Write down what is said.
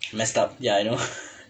messed up ya I know